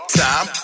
time